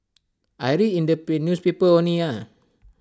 I read in the newspaper only ah